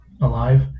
alive